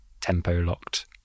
tempo-locked